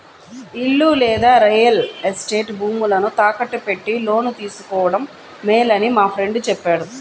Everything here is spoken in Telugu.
ఇల్లు లేదా రియల్ ఎస్టేట్ భూములను తాకట్టు పెట్టి లోను తీసుకోడం మేలని మా ఫ్రెండు చెప్పాడు